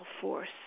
force